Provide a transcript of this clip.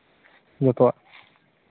ᱡᱚᱛᱚᱣᱟᱜ